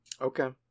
Okay